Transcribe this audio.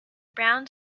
brown